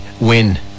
win